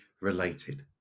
related